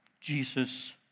Jesus